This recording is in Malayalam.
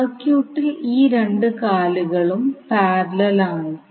സർക്യൂട്ടിൽ ഈ രണ്ട് കാലുകളും പാരലൽ ആണ്